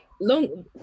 long